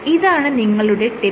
ഇതാണ് നിങ്ങളുടെ ടിപ്പ്